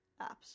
apps